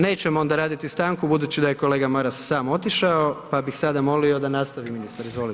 Nećemo onda raditi stanku budući da je kolega Maras sam otišao pa bih sada molio da nastavi ministar, izvolite.